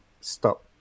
stop